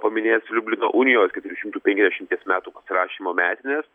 paminės liublino unijos keturių šimtų penkiasdešimties metų pasirašymo metines